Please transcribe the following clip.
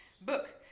book